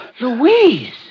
Louise